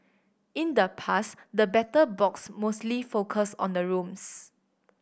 in the past the Battle Box mostly focused on the rooms